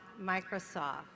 Microsoft